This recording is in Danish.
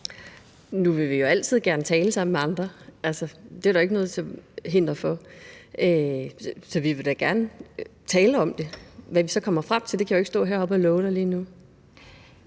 Nu vil vi jo altid gerne tale sammen med andre, altså det er der ikke noget til hinder for. Så vi vil da gerne tale om det. Hvad vi så kommer frem til, kan jeg jo ikke stå heroppe og love dig